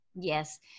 Yes